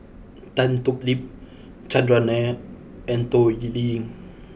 Tan Thoon Lip Chandran Nair and Toh Liying